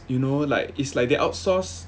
you know like it's like they outsource